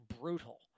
brutal